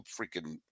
freaking